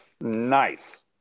nice